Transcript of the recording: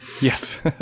Yes